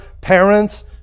parents